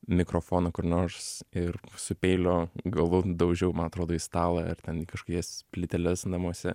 mikrofoną kur nors ir su peilio galu daužiau man atrodo į stalą ar ten į kažkokias plyteles namuose